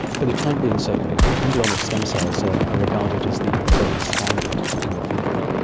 for the time being, certainly. embryonic stem cells are ah regarded as the the gold standard in the field,